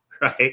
Right